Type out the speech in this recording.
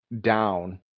down